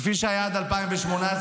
כפי שהייתה עד 2018,